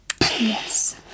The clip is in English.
Yes